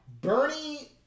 Bernie